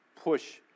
push